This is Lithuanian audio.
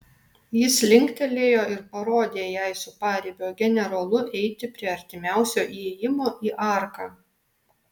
jis linktelėjo ir parodė jai su paribio generolu eiti prie artimiausio įėjimo į arką